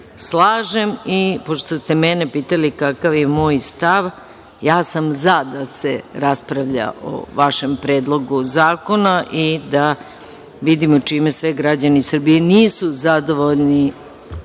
slažem. Pošto ste mene pitali kakav je moj stav, ja sam za da se raspravlja o vašem predlogu zakona i da vidimo čime sve građani Srbije nisu zadovoljni